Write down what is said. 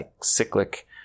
cyclic